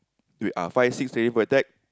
we ah five six twenty eight